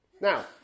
Now